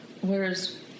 whereas